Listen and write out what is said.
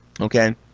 Okay